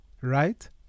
Right